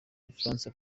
gifaransa